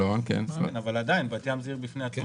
אבל עדיין, בת ים זה עיר בפני עצמה.